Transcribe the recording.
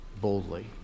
boldly